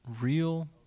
real